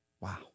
Wow